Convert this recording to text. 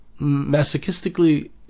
masochistically